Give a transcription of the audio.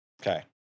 Okay